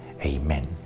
Amen